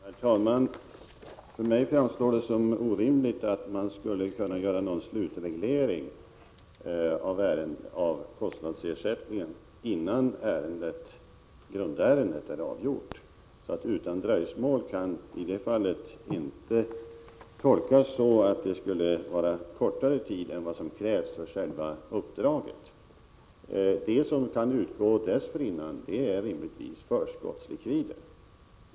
Herr talman! För mig framstår det som orimligt att man skulle kunna göra någon slutreglering av kostnadsersättningen, innan grundärendet är avgjort. ”Utan dröjsmål” kan i det fallet inte tolkas så att betalning skall erläggas inom kortare tid än vad som krävs för själva uppdraget. Det som dessförinnan kan utgå är rimligen förskottslikvider.